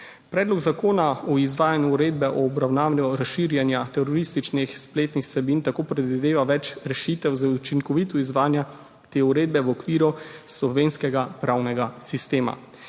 Predlog zakona o izvajanju uredbe o obravnavanju razširjanja terorističnih spletnih vsebin tako predvideva več rešitev za učinkovito izvajanje te uredbe v okviru slovenskega pravnega sistema.